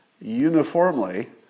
uniformly